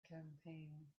campaign